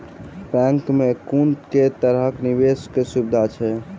Bank मे कुन केँ तरहक निवेश कऽ सुविधा अछि?